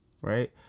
right